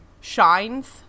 shines